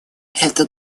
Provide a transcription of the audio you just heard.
это